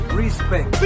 respect